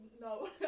No